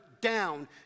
down